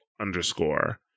underscore